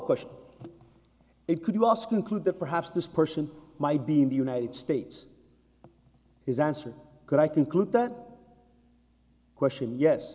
question it could you ask include that perhaps this person might be in the united states is answer could i conclude that question yes